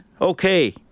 Okay